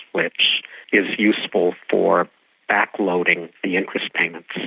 which is useful for back-loading the interest payments,